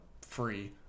Free